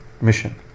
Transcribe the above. mission